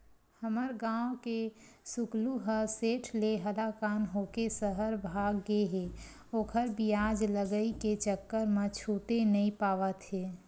हमर गांव के सुकलू ह सेठ ले हलाकान होके सहर भाग गे हे ओखर बियाज लगई के चक्कर म छूटे नइ पावत हे